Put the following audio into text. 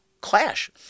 clash